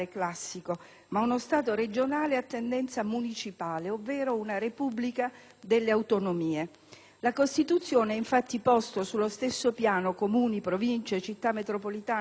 ma uno «Stato regionale a tendenza municipale», ovvero una «Repubblica delle autonomie». La Costituzione ha infatti posto sullo stesso piano Comuni, Province, Città metropolitane e Regioni